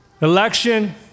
election